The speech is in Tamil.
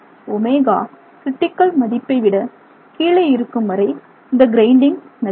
ω க்ரிட்டிக்கல் மதிப்பை விட கீழே இருக்கும் வரை இந்த கிரைண்டிங் நடைபெறும்